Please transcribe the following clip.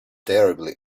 terribly